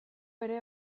ere